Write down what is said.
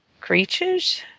Creatures